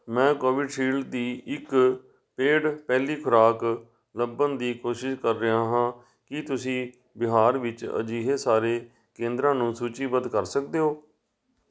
ਮੈਂ ਕੋਵਿਸ਼ਿਲਡ ਦੀ ਇੱਕ ਪੇਡ ਪਹਿਲੀ ਖੁਰਾਕ ਲੱਭਣ ਦੀ ਕੋਸ਼ਿਸ਼ ਕਰ ਰਿਹਾ ਹਾਂ ਕੀ ਤੁਸੀਂ ਬਿਹਾਰ ਵਿੱਚ ਅਜਿਹੇ ਸਾਰੇ ਕੇਂਦਰਾਂ ਨੂੰ ਸੂਚੀਬੱਧ ਕਰ ਸਕਦੇ ਹੋ